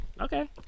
okay